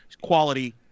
quality